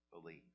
believe